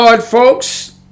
folks